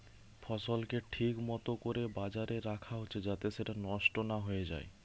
ফসলকে ঠিক মতো কোরে বাখারে রাখা হচ্ছে যাতে সেটা নষ্ট না হয়ে যায়